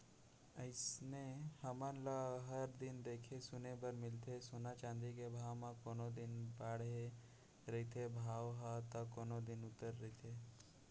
अइसने हमन ल हर दिन देखे सुने बर मिलथे सोना चाँदी के भाव म कोनो दिन बाड़हे रहिथे भाव ह ता कोनो दिन उतरे रहिथे